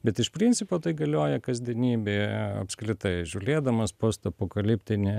bet iš principo tai galioja kasdienybei apskritai žiūlėdamas postapokaliptinį